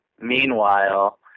Meanwhile